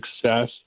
success